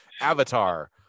Avatar